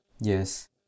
Yes